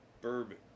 bourbon